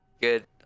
Good